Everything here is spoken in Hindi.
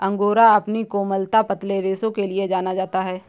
अंगोरा अपनी कोमलता, पतले रेशों के लिए जाना जाता है